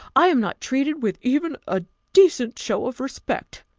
i am not treated with even a decent show of respect!